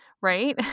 Right